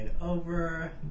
over